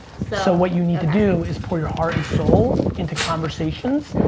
so what you need to do is pour your heart and soul into conversations.